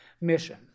mission